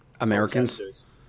Americans